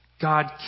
God